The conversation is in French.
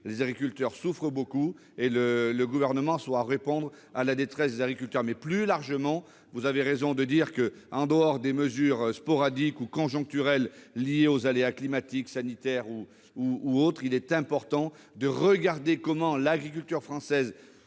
les agriculteurs souffrent beaucoup et le Gouvernement sera au rendez-vous pour répondre à leur détresse. Plus largement, vous avez raison de dire que, en dehors des mesures sporadiques ou conjoncturelles liées aux aléas climatiques, sanitaires ou autres, il est important de regarder comment l'agriculture française